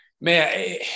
Man